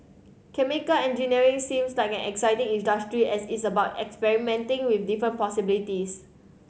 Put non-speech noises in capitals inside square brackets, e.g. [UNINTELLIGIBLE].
chemical engineering seems like an exciting [UNINTELLIGIBLE] as it's about experimenting with different possibilities